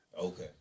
Okay